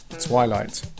Twilight